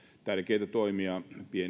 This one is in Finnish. tärkeitä toimia